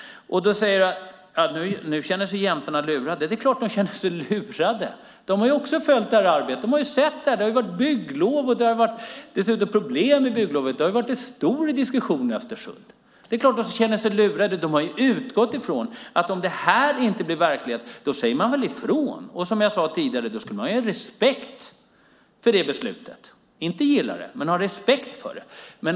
Du säger att jämtarna nu känner sig lurade. Det är klart att de känner sig lurade! De har också följt arbetet. De har sett detta. Det har varit bygglov och dessutom problem med bygglovet. Det har varit en stor diskussion i Östersund. Det är klart att de känner sig lurade. De har utgått från att man säger ifrån om det inte blir verklighet. Då skulle man ha respekt för beslutet, som jag sade tidigare. Man skulle inte gilla det, men man skulle ha respekt för det.